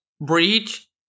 breach